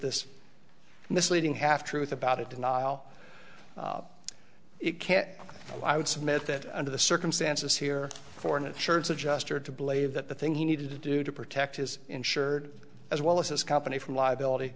this misleading half truth about it and i'll it can i would submit that under the circumstances here for an insurance adjuster to play that the thing he needed to do to protect his insured as well as his company from liability